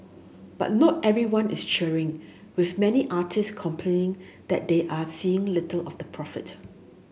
but not everyone is cheering with many artist complaining that they are seeing little of the profit